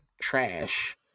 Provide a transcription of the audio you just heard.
Trash